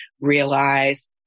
realize